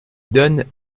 donne